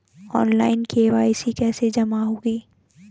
Online KYC कैसे जमा होगी?